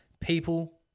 people